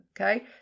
okay